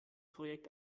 projekt